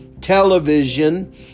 Television